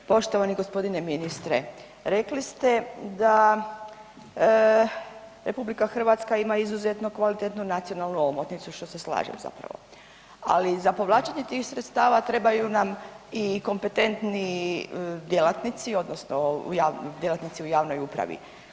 Poštovani g. ministre, rekli ste da RH ima izuzetno kvalitetnu nacionalnu omotnicu, što se slažem zapravo, ali za povlačenje tih sredstava trebaju nam i kompetentni djelatnici odnosno djelatnici u javnoj upravi.